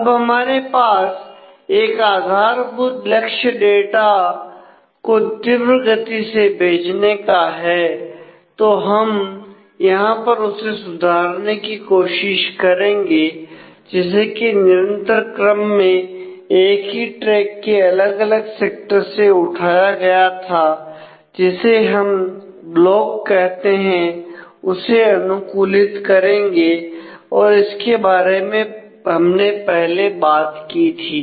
अब हमारे पास एक आधारभूत लक्ष्य डाटा को तीव्र गति से भेजने का है तो हम यहां पर उसे सुधारने की कोशिश करेंगे जिसे की निरंतर क्रम में एक ही ट्रैक के अलग अलग सेक्टर से उठाया गया था जिसे हम ब्लॉक कहते हैं उसे अनुकूलित करेंगे और इसके बारे में हमने पहले बात की थी